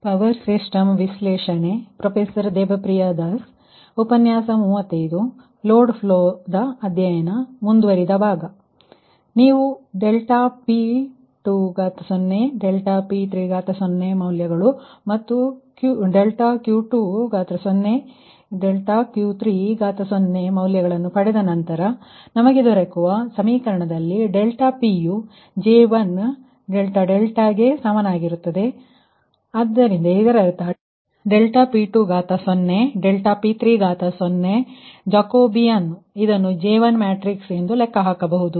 load flow ಅಧ್ಯಯನ ಮುಂದುವರಿದ ಭಾಗ ನೀವು ಈ∆P20 ∆P30ಮೌಲ್ಯಗಳು ಮತ್ತು∆Q20 ∆Q30 ಮೌಲ್ಯಗಳನ್ನು ಪಡೆದ ನಂತರ ನಮಗೆ ದೊರೆಯುವ ಸಮೀಕರಣದಲ್ಲಿ ∆Pಯು J1∆δ ಗೆ ಸಮಾನವಾಗಿರುತ್ತದೆ ಆದ್ದರಿಂದ ಇದರರ್ಥ ಈ ∆P20 ∆P30 ಜಾಕೋಬಿಯನ್ ಇದನ್ನು J1 ಮ್ಯಾಟ್ರಿಕ್ಸ್ ಎಂದು ಲೆಕ್ಕ ಹಾಕಬಹುದು